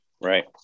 Right